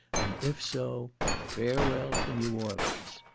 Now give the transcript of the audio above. and if so, farewell to new orleans.